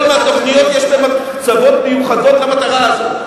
בחלק גדול מהתוכניות יש גם הקצבות מיוחדות למטרה הזאת.